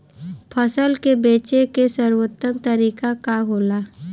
फसल के बेचे के सर्वोत्तम तरीका का होला?